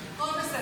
ברור,